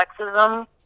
sexism